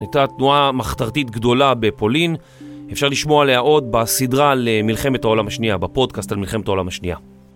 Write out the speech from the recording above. הייתה תנועה מחתרתית גדולה בפולין. אפשר לשמוע עליה עוד בסדרה למלחמת העולם השנייה, בפודקאסט על מלחמת העולם השנייה.